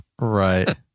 Right